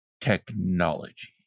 technology